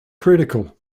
critical